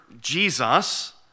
Jesus